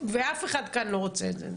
ואף אחד כאן לא רוצה את זה.